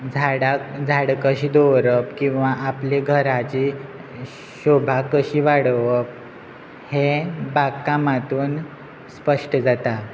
झाडाक झाडां कशी दवरप किंवां आपली घराची शोभा कशी वाडोवप हें बागकामांतच स्पश्ट जाता